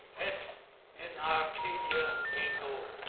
et in arcadia ego.